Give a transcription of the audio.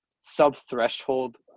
sub-threshold